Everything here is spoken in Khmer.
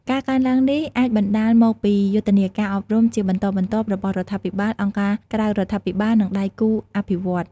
ការកើនឡើងនេះអាចបណ្ដាលមកពីយុទ្ធនាការអប់រំជាបន្តបន្ទាប់របស់រដ្ឋាភិបាល អង្គការក្រៅរដ្ឋាភិបាល និងដៃគូអភិវឌ្ឍន៍។